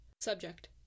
Subject